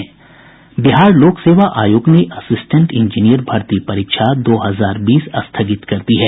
बिहार लोक सेवा आयोग ने असिस्टेंट इंजीनियर भर्ती परीक्षा दो हजार बीस स्थगित कर दी है